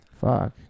Fuck